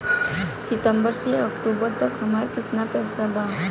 सितंबर से अक्टूबर तक हमार कितना पैसा बा?